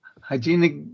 hygienic